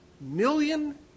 million